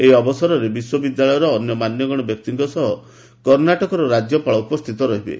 ଏହି ଅବସରରେ ବିଶ୍ୱବିଦ୍ୟାଳୟର ଅନ୍ୟ ମାନ୍ୟଗଣ୍ୟ ବ୍ୟକ୍ତିଙ୍କ ସହ କର୍ଣ୍ଣାଟକର ରାବ୍ୟପାଳ ଉପସ୍ଥିତ ରହିବେ